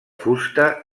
fusta